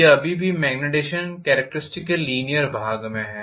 यह अभी भी मॅग्नीटिज़ेशन कॅरेक्टरिस्टिक्स के लीनीयर भाग में है